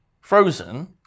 frozen